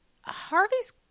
Harvey's